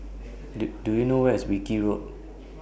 Do Do YOU know Where IS Wilkie Road